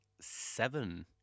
seven